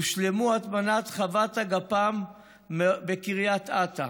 הושלמה הטמנת חוות הגפ"מ בקרית אתא,